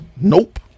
Nope